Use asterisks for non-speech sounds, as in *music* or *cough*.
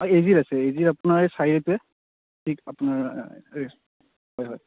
অঁ এজিত আছে এজিত আপোনাৰ এই *unintelligible* ঠিক আপোনাৰ হয় হয়